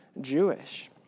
Jewish